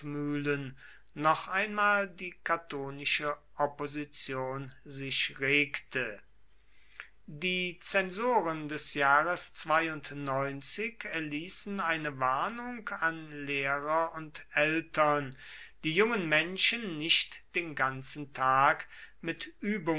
noch einmal die catonische opposition sich regte die zensoren des jahres erließen eine warnung an lehrer und eltern die jungen menschen nicht den ganzen tag mit